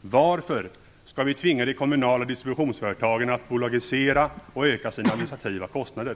Varför skall vi tvinga de kommunala distributionsföretagen att bolagisera och öka sina administrativa kostnader?